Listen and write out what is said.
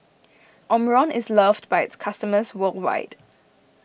Omron is loved by its customers worldwide